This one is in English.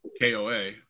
KOA